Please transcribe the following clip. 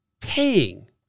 paying